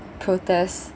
protest